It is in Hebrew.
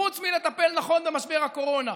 חוץ מלטפל נכון במשבר הקורונה.